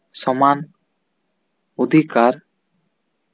ᱥᱚᱢᱟᱱ ᱚᱫᱷᱤᱠᱟᱨ